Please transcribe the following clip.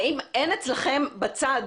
האם אין אצלכם בצד,